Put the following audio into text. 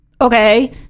okay